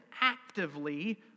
actively